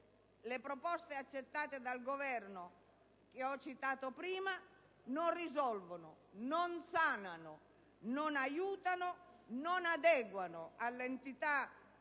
le proposte accettate dal Governo che ho citato poc'anzi non risolvano, non sanino, non aiutino, non adeguino all'entità e alle